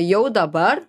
jau dabar